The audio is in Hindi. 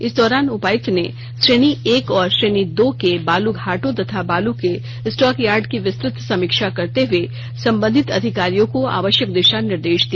इस दौरान उपायुक्त ने श्रेणी एक और रेणी दो के बालू घाटों तथा बालू के स्टॉकयार्ड की विस्तृत समीक्षा करते हुए संबंधित अधिकारियों को आवश्यक दिशा निर्देश दिया